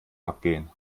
abgehen